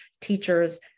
teachers